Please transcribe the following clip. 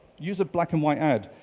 use a black and white ad.